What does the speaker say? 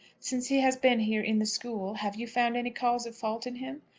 since he has been here, in the school, have you found any cause of fault in him?